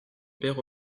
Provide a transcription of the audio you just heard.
père